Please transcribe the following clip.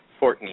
Fortney